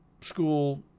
School